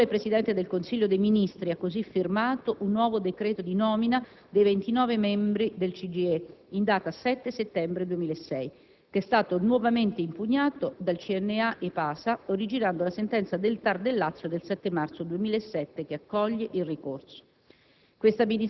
L'onorevole Presidente del Consiglio dei ministri ha così firmato un nuovo decreto di nomina dei 29 membri del CGIE, in data 7 settembre 2006, che è stato nuovamente impugnato dal CNA-EPASA, originando la sentenza del TAR del Lazio del 7 marzo 2007 che accoglie il ricorso.